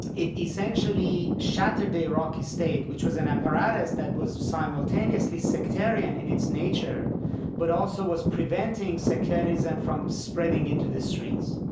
it essentially shattered the iraqi state, which was an apparatus that was simultaneously sectarian in its nature but also was preventing sectarianism from spreading into the streets